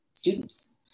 Students